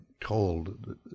told